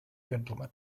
gentlemen